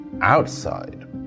outside